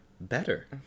better